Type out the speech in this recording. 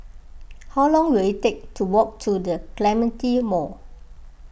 how long will it take to walk to the Clementi Mall